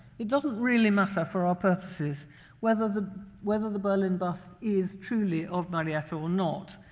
it doesn't really matter for our purposes whether the whether the berlin bust is truly of marietta or not.